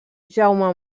jaume